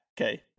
Okay